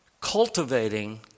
cultivating